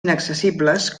inaccessibles